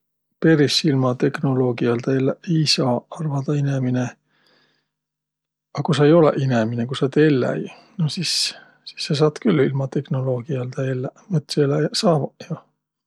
Peris ilma teknoloogialdaq elläq ei saaq, arvadaq inemine. A ku sa ei olõq inemine, kus sa olõt elläi? No sis, sis sa saat külh ilma teknoloogialdaq elläq, mõtseläjäq saavaq jo.